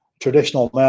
traditional